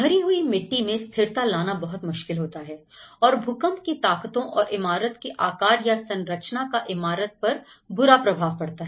भरी हुई मिट्टी में स्थिरता लाना बहुत मुश्किल होता है और भूकंप की ताकतों और इमारत के आकार या संरचना का इमारत पर बुरा प्रभाव पड़ता है